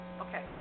Okay